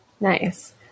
Nice